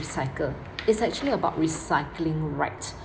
recycle it's actually about recycling right